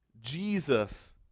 Jesus